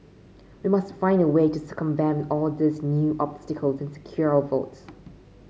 we must find a way to circumvent all these new obstacles and secure our votes